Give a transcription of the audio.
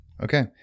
Okay